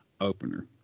opener